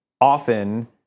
often